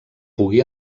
pugui